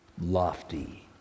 lofty